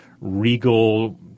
regal